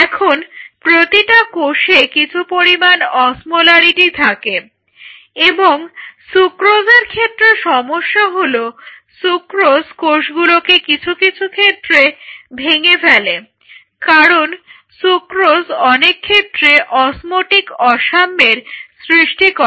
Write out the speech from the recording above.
এখন প্রতিটি কোষে কিছু পরিমাণ অসমোলারিটি থাকে এবং সুক্রোজের ক্ষেত্রে সমস্যা হলো সুক্রোজ কোষগুলোকে কিছু কিছু ক্ষেত্রে ভেঙ্গে ফেলে কারণ সুক্রোজ অনেক ক্ষেত্রে অসমোটিক অসাম্যের সৃষ্টি করে